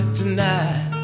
tonight